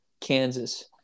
Kansas